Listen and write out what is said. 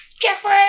Jeffrey